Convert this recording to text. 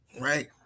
Right